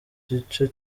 gice